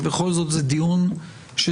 כי בכל זאת זה דיון שזומן,